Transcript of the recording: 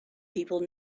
people